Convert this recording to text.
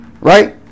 Right